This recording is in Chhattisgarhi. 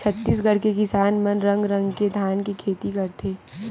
छत्तीसगढ़ के किसान मन रंग रंग के धान के खेती करथे